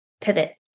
pivot